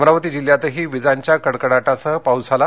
अमरावती जिल्ह्यातही वीजांच्या कडकडाटासह पाऊस झाला